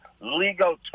legal